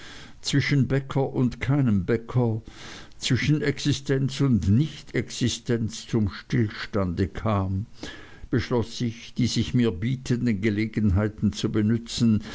zwischen bäcker und keinem bäcker zwischen existenz und nichtexistenz zum stillstande kam beschloß ich die sich mir bietenden gelegenheiten zu benützen